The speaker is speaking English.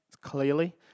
clearly